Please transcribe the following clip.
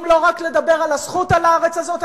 לא רק לדבר על הזכות על הארץ הזאת,